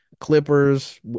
Clippers